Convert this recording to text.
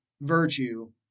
virtue